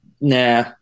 nah